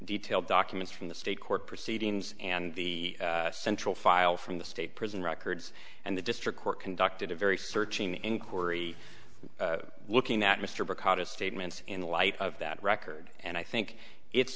detailed documents from the state court proceedings and the central file from the state prison records and the district court conducted a very searching inquiry looking at mr brokaw to statements in light of that record and i think it